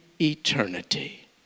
eternity